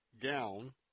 gown